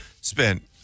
spent